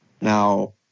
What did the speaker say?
Now